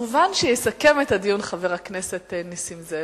מובן שיסכם את הדיון חבר הכנסת נסים זאב.